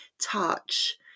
touch